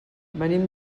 venim